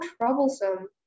troublesome